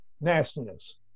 nastiness